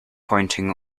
pointing